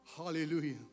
Hallelujah